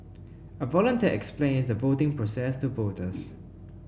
a volunteer explains a voting process to voters